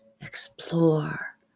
explore